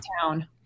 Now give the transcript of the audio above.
town